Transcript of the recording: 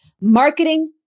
marketing